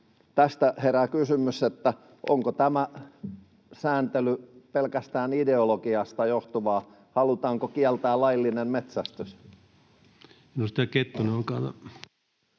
tästä herää kysymys, onko tämä sääntely pelkästään ideologiasta johtuvaa, halutaanko kieltää laillinen metsästys.